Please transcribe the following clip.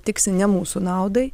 tiksi ne mūsų naudai